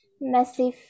massive